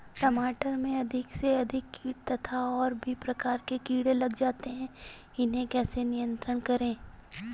टमाटर में अधिक से अधिक कीट तथा और भी प्रकार के कीड़े लग जाते हैं इन्हें कैसे नियंत्रण करें?